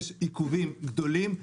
יש עיכובים גדולים.